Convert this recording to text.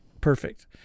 perfect